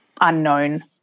unknown